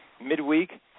midweek